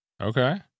Okay